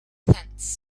tents